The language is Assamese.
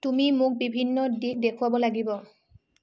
তুমি মোক বিভিন্ন দিশ দেখুৱাব লাগিব